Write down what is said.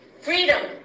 freedom